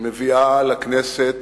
מביאה לכנסת